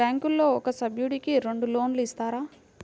బ్యాంకులో ఒక సభ్యుడకు రెండు లోన్లు ఇస్తారా?